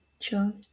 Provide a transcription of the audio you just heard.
Sure